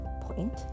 point